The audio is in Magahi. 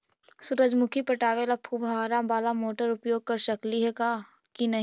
सुरजमुखी पटावे ल फुबारा बाला मोटर उपयोग कर सकली हे की न?